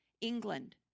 England